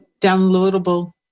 downloadable